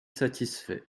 satisfaits